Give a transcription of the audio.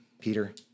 Peter